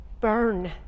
burn